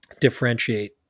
differentiate